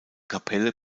kapelle